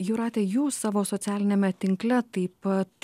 jūrate jūs savo socialiniame tinkle taip pat